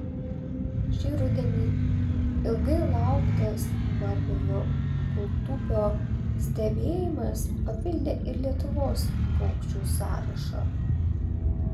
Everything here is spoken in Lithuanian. šį rudenį ilgai lauktas margojo kūltupio stebėjimas papildė ir lietuvos paukščių sąrašą